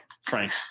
Frank